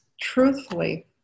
truthfully